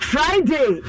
Friday